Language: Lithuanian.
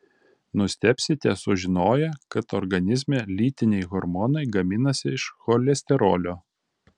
nustebsite sužinoję kad organizme lytiniai hormonai gaminasi iš cholesterolio